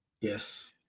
Yes